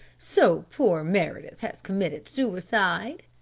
so poor meredith has committed suicide?